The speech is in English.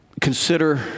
consider